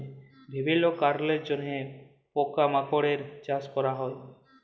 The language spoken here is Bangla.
বিভিল্য কারলের জন্হে পকা মাকড়ের চাস ক্যরা হ্যয়ে